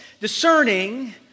discerning